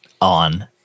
on